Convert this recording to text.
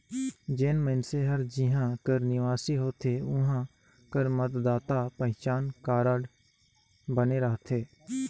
जेन मइनसे हर जिहां कर निवासी होथे उहां कर मतदाता पहिचान कारड बने रहथे